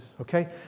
Okay